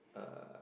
uh